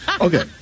Okay